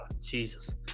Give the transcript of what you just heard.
Jesus